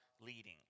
leading